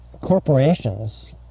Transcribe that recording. corporations